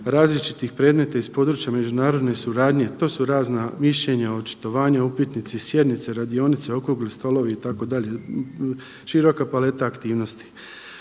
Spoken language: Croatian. različitih predmeta iz područja međunarodne suradnje. To su razna mišljenja, očitovanja, upitnici, sjednice, radionice, okrugli stolovi itd. široka palete aktivnosti.